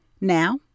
Now